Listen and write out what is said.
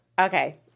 Okay